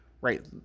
right